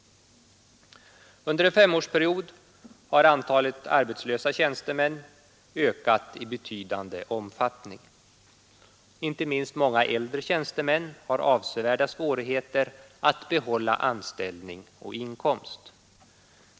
Under en femårsperiod har antalet arbetslösa tjänstemän ökat i betydande omfattning. Inte minst många äldre tjänstemän har avsevärda svårigheter att behålla anställning och inkomst.